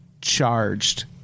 charged